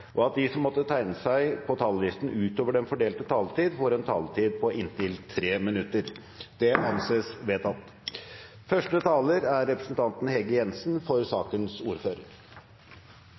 og at de som måtte tegne seg på talerlisten utover den fordelte taletid, får en taletid på inntil 3 minutter. – Det anses vedtatt. Første taler er representanten Hege Jensen, for ordfører